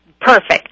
Perfect